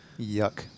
Yuck